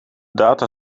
data